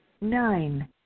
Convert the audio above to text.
Nine